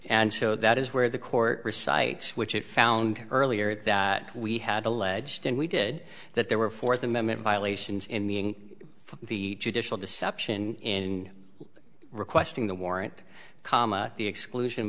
and so that is where the court recites which it found earlier that we had alleged and we did that there were fourth amendment violations in the in the judicial deception in requesting the warrant comma the exclusion